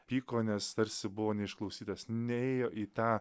pyko nes tarsi buvo neišklausytas nėjo į tą